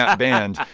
ah band.